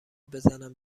بزنم